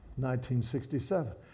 1967